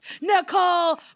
Nicole